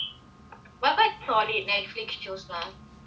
but quite solid Netflix shows லாம்:laam